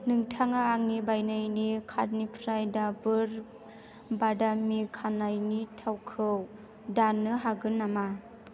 नोंथाङा आंनि बायनायनि कार्टनिफ्राय दाबोर बादामि खानाइनि थावखौ दान्नो हागोन नामा